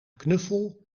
knuffel